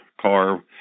car